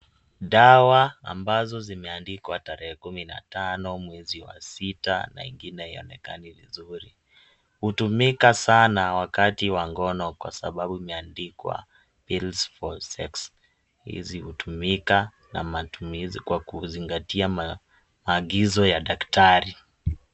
Dawa ambazo zimeandikwa tarehe kumi mwezi wa sita na ingine haionekani vizuri, hutumika sana wakati wa ngono kwasababu imeandikwa, pills for sex . Hizi hutumika na matumizi kwa kuzingatia maagizo ya daktari.